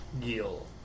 Gil